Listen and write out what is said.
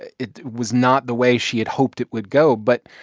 it it was not the way she had hoped it would go. but,